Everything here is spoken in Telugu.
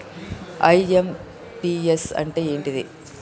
ఐ.ఎమ్.పి.యస్ అంటే ఏంటిది?